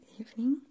evening